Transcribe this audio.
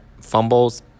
fumbles